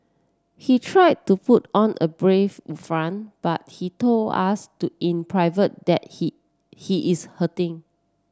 he try to put on a brave front but he told us to in private that he he is hurting